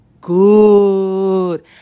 good